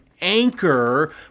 anchor